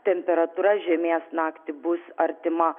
temperatūra žemės naktį bus artima